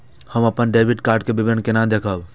हम अपन debit card के विवरण केना देखब?